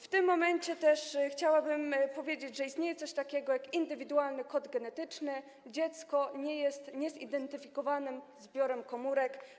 W tym momencie chciałabym też powiedzieć, że istnieje coś takiego jak indywidualny kod genetyczny - dziecko nie jest niezidentyfikowanym zbiorem komórek.